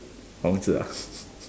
Hong-Zi ah